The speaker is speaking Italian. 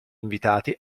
invitati